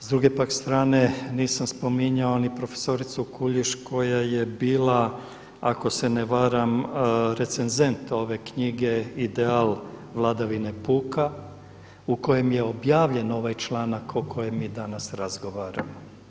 S druge pak strane nisam spominjao ni profesoricu Kuljiš koja je bila ako se ne varam recenzent ove knjige „Ideal vladavine puka“ u kojem je objavljen ovaj članak o kojem mi danas razgovaramo.